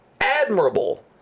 admirable